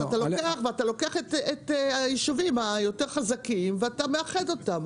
ואתה לוקח את היישובים היותר חזקים ואתה מאחד אותם,